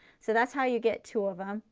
so that's how you get two of them,